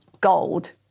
gold